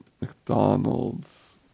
McDonald's